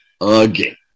again